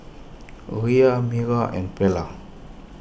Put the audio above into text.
Rhea Mira and Perla